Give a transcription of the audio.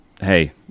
hey